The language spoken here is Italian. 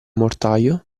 mortaio